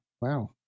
wow